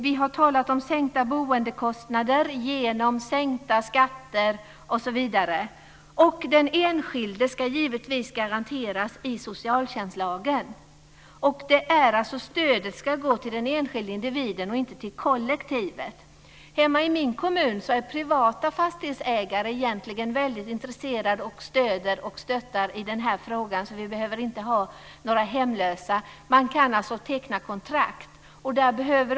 Vi har talat om sänkta boendekostnader genom sänkta skatter osv. Den enskilde ska givetvis få garantier genom socialtjänstlagen; stödet ska alltså gå till den enskilde individen, inte till kollektivet. I min kommun är privata fastighetsägare egentligen väldigt intresserade och stöttande i den här frågan, så vi behöver inte ha några hemlösa. Man kan alltså teckna kontrakt.